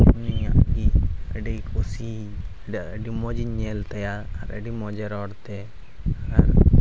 ᱩᱱᱤᱭᱟᱜ ᱜᱮ ᱟᱹᱰᱤ ᱠᱩᱥᱤ ᱤᱧᱫᱚ ᱟᱹᱰᱤ ᱢᱚᱡᱽ ᱤᱧ ᱧᱮᱞ ᱛᱟᱭᱟ ᱟᱨ ᱟᱹᱰᱤ ᱢᱚᱡᱮ ᱨᱚᱲ ᱛᱮ ᱟᱨ